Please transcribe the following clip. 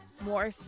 more